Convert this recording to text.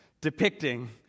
depicting